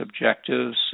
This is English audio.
objectives